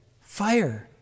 fire